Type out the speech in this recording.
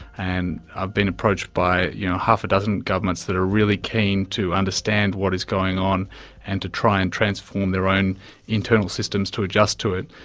and i've been approached by you know half a dozen governments that are really keen to understand what is going on and to try and transform their own internal systems to adjust to it.